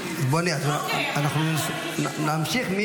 להמשיך?